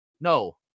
No